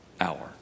hour